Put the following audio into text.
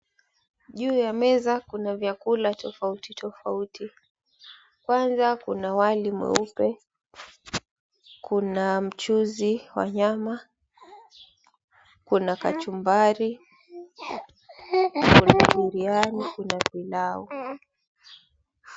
Juu ya meza kuna vyakula tofauti tufauti. Kwanza kuna wali mweupe, kuna mchuzi wa nyama, kuna kachumbari, kuna biryani, kuna pilau.